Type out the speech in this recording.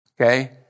okay